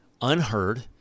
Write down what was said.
unheard